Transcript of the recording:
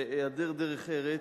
והיעדר דרך ארץ,